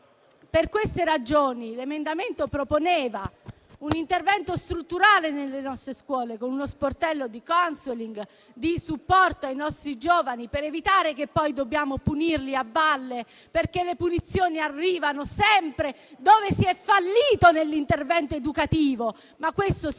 Per queste ragioni, l'emendamento proponeva un intervento strutturale nelle nostre scuole, con uno sportello di *counseling* e supporto ai nostri giovani, per evitare di doverli poi punire a valle. Le punizioni arrivano sempre dove si è fallito nell'intervento educativo, ma si stenta a farlo